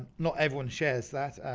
not everyone shares that.